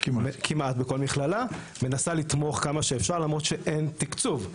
היא מנסה לתמוך כמה שאפשר למרות שאין תקצוב.